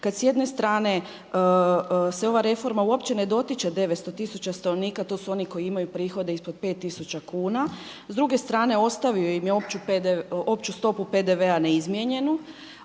kad s jedne strane se ova reforma uopće ne dotiče 900 tisuća stanovnika to su oni koji imaju prihode ispod 5 tisuća kuna. S druge strane ostavio im je opću stopu PDV-a neizmijenjenu.